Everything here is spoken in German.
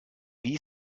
wie